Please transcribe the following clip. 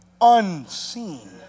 unseen